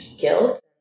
guilt